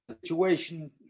situation